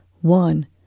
one